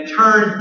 turn